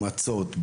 מצות,